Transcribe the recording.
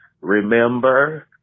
Remember